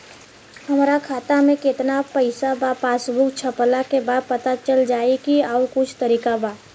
हमरा खाता में केतना पइसा बा पासबुक छपला के बाद पता चल जाई कि आउर कुछ तरिका बा?